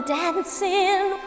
dancing